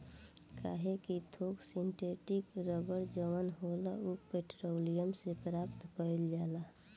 काहे कि थोक सिंथेटिक रबड़ जवन होला उ पेट्रोलियम से प्राप्त कईल जाला